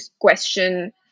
question